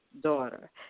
Daughter